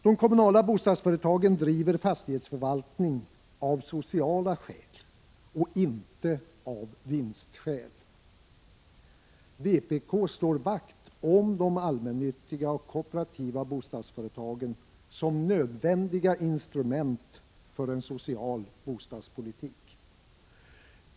De kommunala bostadsföretagen driver fastighetsförvaltning av sociala skäl och inte av vinstskäl. Vpk slår vakt om de allmännyttiga och kooperativa bostadsföretagen som nödvändiga instrument för en social bostadspolitik.